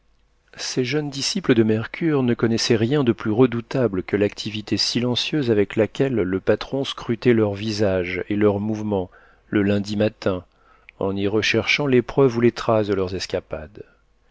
ces jeunes disciples de mercure ne connaissaient rien de plus redoutable que l'activité silencieuse avec laquelle le patron scrutait leurs visages et leurs mouvements le lundi matin en y recherchant les preuves ou les traces de leurs escapades